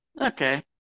Okay